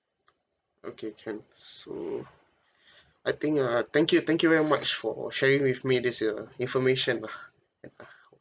okay can so I think ah thank you thank you very much for sharing with me these uh information lah